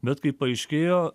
bet kaip paaiškėjo